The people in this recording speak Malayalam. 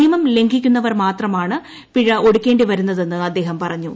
നിയമം ലംഘിക്കുന്നവർ മാത്രമാണ് പിഴ ഒടുക്കേണ്ടി വരുന്നതെന്ന് അദ്ദേഹം പറഞ്ഞു